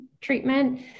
treatment